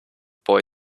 boy